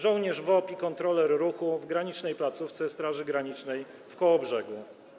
Żołnierz WOP i kontroler ruchu w granicznej placówce Straży Granicznej w Kołobrzegu.